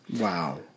Wow